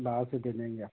भाव से दे देंगे आओ